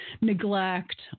neglect